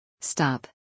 Stop